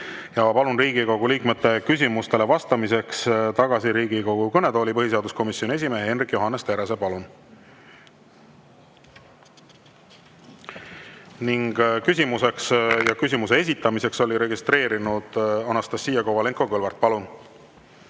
Ma palun Riigikogu liikmete küsimustele vastamiseks tagasi Riigikogu kõnetooli põhiseaduskomisjoni esimehe Hendrik Johannes Terrase. Palun! Küsimuse esitamiseks oli registreerunud Anastassia-Kovalenko Kõlvart. Palun!